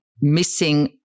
missing